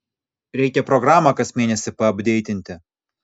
reikia programą kas mėnesį paapdeitinti